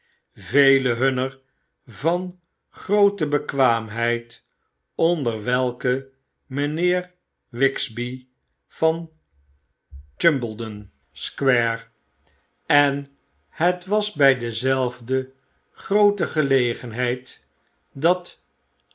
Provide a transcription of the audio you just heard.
vele hunner van groote bekwaamheid onder welke mynheer wigsby van chumbledon square en het was bjj t dezelfde groote gelegenheid dat